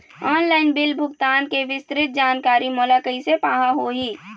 Online bill भुगतान के विस्तृत जानकारी मोला कैसे पाहां होही?